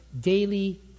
daily